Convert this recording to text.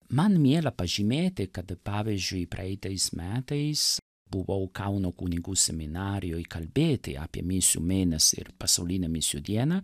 man miela pažymėti kad pavyzdžiui praeitais metais buvau kauno kunigų seminarijoj kalbėti apie misijų mėnesį ir pasaulinę misijų dieną